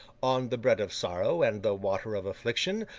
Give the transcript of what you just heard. on the bread of sorrow and the water of affliction,